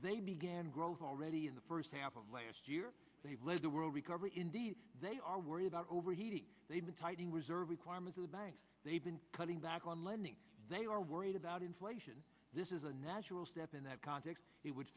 they began growth already in the first half of last year and have led the world recovery indeed they are worried about overheating they've been tightening reserve requirements they've been cutting back on lending they are worried about inflation this is a natural step in that context it would